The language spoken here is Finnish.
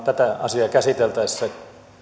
tätä asiaa käsiteltäessä